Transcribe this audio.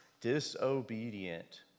disobedient